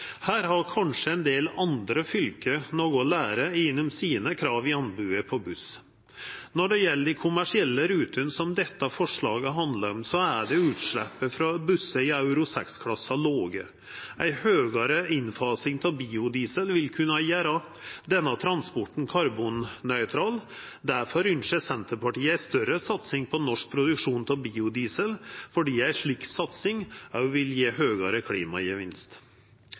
Her har kanskje ein del andre fylke noko å læra gjennom sine krav i anbodet på buss. Når det gjeld dei kommersielle rutene som dette forslaget handlar om, er utsleppa frå bussar i Euro 6-klassa låge. Ei større innfasing av biodiesel vil kunna gjera denne transporten karbonnøytral. Difor ynskjer Senterpartiet ei større satsing på norsk produksjon av biodiesel, fordi ei slik satsing òg vil gje større klimagevinst.